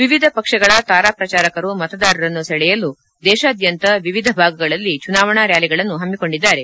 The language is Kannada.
ವಿವಿಧ ಪಕ್ಷಗಳ ತಾರಾ ಪ್ರಚಾರಕರು ಮತದಾರರನ್ನು ಸೆಳೆಯಲು ದೇಶಾದ್ಲಂತ ವಿವಿಧ ಭಾಗಗಳಲ್ಲಿ ಚುನಾವಣಾ ರ್ಚಾಲಿಗಳನ್ನು ಹಮ್ಮಿಕೊಂಡಿದ್ದಾರೆ